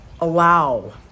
allow